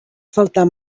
faltar